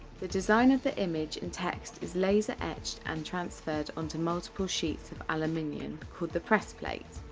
the design of the image and text is laser etched and transferred on to multiple sheets of aluminium called the press plate.